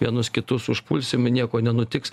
vienus kitus užpulsim nieko nenutiks